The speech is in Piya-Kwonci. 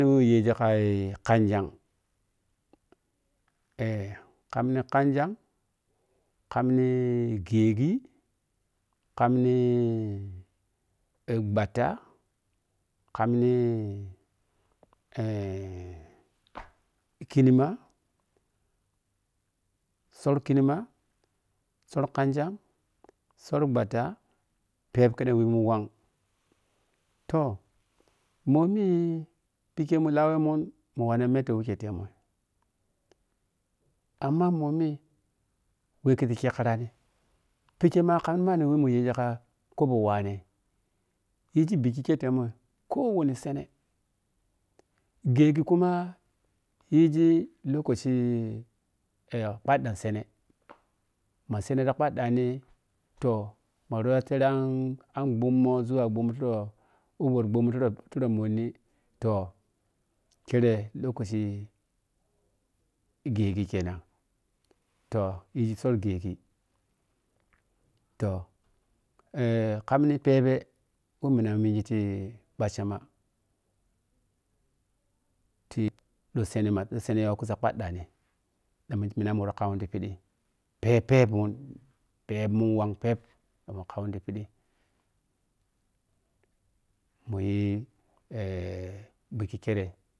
We yi k khanggyag eh khankamjam khangyang kamni gyeghi kamni eh ɓhatta kamni eh kuinimatsar khinimatsar khangyang tsor ɓhatta phep kuɗun we mun whang toh momi phille mu lawemun mo wanna mike te moi amma momi we kuizi khekkhirani phike ma kam manni we mu yi gika kobo wane yi gi biki ke timo ko woni tseene gheggi kuma yi gi lokoshi phaɗɗang tseene ma tseene ta phaɗɗani toh maro ya tseene anan ɓwumo zuwa vhummo ura wo wur ɓhummo tura monni toh kire lokoshi gheggi kenan toh yigi tsor gheggi toh eh kam ni pheɓe wo mina migi ti ɓachama ti ra tseenema tseene yo khi sii ɓhaɗɗani ɗan mina mun wwor kaw to phiɗi phep phepmun phepmun whang phep ɗa mu kaw ti phidi muyi eh biki khire.